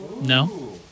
no